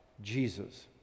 Jesus